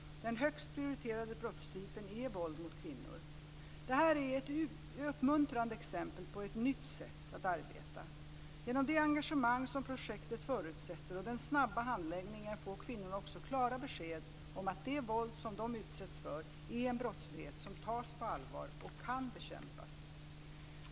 Den högst prioriterade brottstypen är våld mot kvinnor. Detta är ett uppmuntrande exempel på ett nytt sätt att arbeta. Genom det engagemang som projektet förutsätter och den snabba handläggningen får kvinnorna också klara besked om att det våld som de utsätts för är en brottslighet som tas på allvar och kan bekämpas.